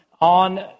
on